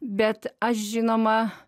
bet aš žinoma